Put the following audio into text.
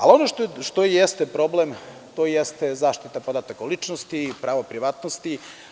Ali, ono što jeste problem, to jeste zaštita podataka o ličnosti i pravo privatnosti.